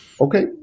Okay